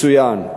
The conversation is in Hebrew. מצוין,